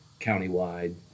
countywide